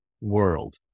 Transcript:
world